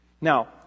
Now